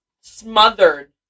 smothered